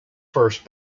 first